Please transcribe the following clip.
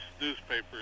newspapers